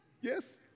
yes